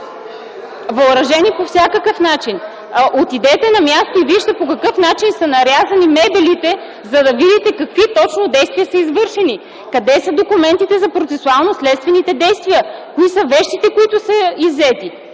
Въоръжени по всякакъв начин. Отидете на място и вижте по какъв начин са нарязани мебелите, за да се убедите какви точно действия са извършени. Къде са документите за процесуално-следствените действия, кои са вещите, които са иззети?